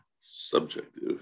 subjective